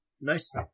Nice